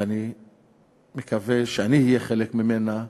ואני מקווה שאני אהיה חלק ממנה,